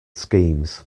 schemes